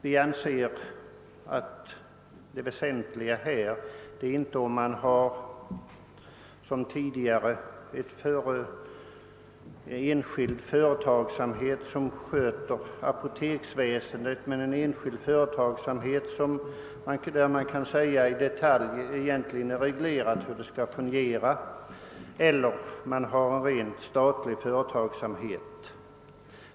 Vi anser att det väsentliga härvidlag inte är om man har, som hittills, en i detalj reglerad enskild företagsamhet som sköter apoteksväsendet eller en rent statlig företagsamhet.